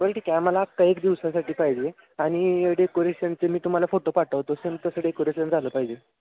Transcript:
बरं ठीक आहे आम्हाला अख्खा एक दिवसासाठी पाहिजे आणि डेकोरेशनचे मी तुम्हाला फोटो पाठवतो सेम तसं डेकोरेशन झालं पाहिजे